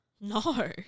No